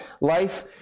life